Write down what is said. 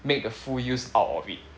make the full use out of it